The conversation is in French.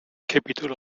capitol